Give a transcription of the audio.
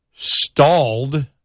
stalled